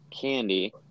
Candy